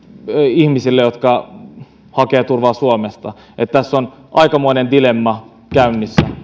ihmisille jotka hakevat turvaa suomesta tässä on aikamoinen dilemma käynnissä